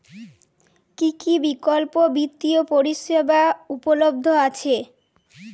কী কী বিকল্প বিত্তীয় পরিষেবা উপলব্ধ আছে?